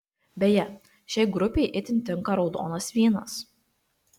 beje šiai grupei itin tinka raudonas vynas